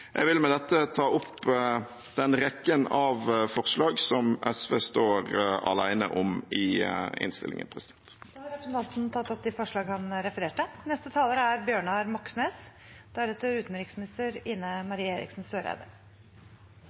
Jeg vil med dette ta opp den rekken av forslag som SV står alene om i innstillingen. Representanten Audun Lysbakken har tatt opp de forslag han refererte